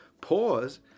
pause